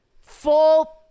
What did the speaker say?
full